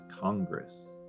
Congress